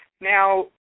Now